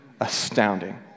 astounding